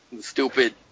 stupid